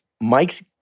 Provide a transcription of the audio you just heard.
mike's